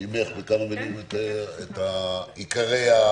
נשמע ממך את עיקרי התקנות,